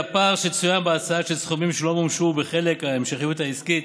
הפער שצוין בהצעה של סכומים שלא מומשו בחלק ההמשכיות העסקית